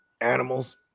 animals